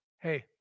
Hey